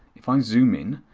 if i zoom in,